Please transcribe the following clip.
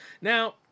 Now